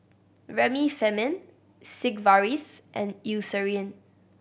Remifemin Sigvaris and Eucerin